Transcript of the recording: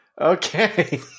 Okay